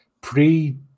pre